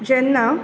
जेन्ना